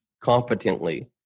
competently